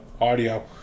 audio